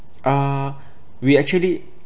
uh we actually